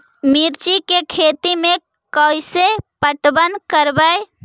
मिर्ची के खेति में कैसे पटवन करवय?